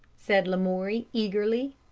said lamoury, eagerly.